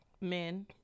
Men